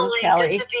Kelly